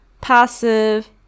passive